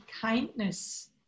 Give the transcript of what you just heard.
kindness